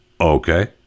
Okay